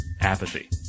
apathy